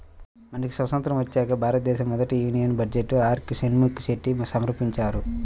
మనకి స్వతంత్రం వచ్చాక భారతదేశ మొదటి యూనియన్ బడ్జెట్ను ఆర్కె షణ్ముఖం చెట్టి సమర్పించారు